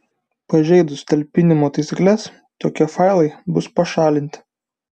pažeidus talpinimo taisykles tokie failai bus pašalinti